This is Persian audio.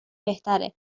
بهتره